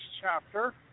chapter